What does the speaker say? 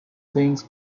things